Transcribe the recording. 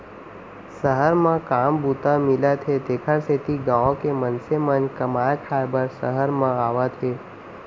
सहर म काम बूता मिलत हे तेकर सेती गॉँव के मनसे मन कमाए खाए बर सहर म आवत हें